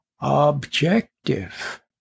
objective